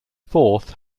fourth